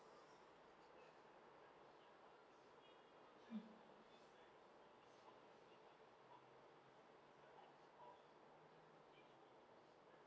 mm